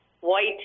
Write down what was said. white